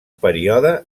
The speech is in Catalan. període